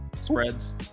spreads